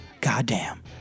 goddamn